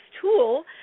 tool